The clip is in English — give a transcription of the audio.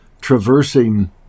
traversing